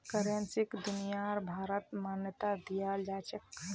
करेंसीक दुनियाभरत मान्यता दियाल जाछेक